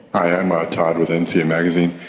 i'm ah todd with ensia magazine.